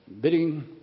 bidding